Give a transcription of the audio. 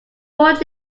fort